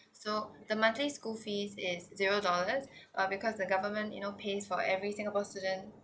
so the monthly school fees is zero dollars uh because the government you know pays for every singapore student